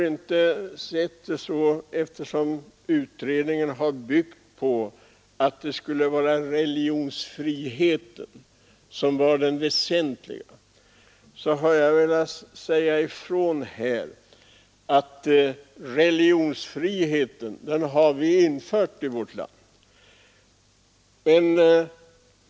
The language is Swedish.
Eftersom utredningen har byggt på att religionsfriheten skulle vara det väsentliga, har jag här velat säga ifrån att vi har infört religionsfriheten i vårt land.